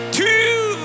two